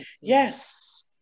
yes